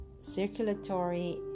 circulatory